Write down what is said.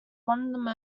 one